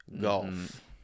golf